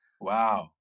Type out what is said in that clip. Wow